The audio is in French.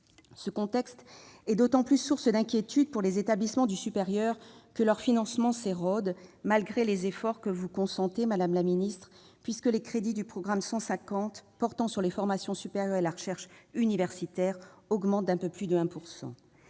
Ce contexte est d'autant plus source d'inquiétude pour les établissements du supérieur que leurs financements s'érodent, malgré les efforts que vous consentez, madame la ministre, puisque les crédits du programme 150 « Formations supérieures et recherche universitaire » augmentent d'un peu plus de 1 %.